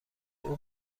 اون